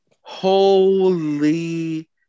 holy